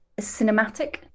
cinematic